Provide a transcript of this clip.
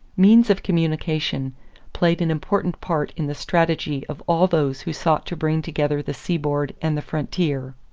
means of communication played an important part in the strategy of all those who sought to bring together the seaboard and the frontier.